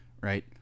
right